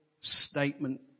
statement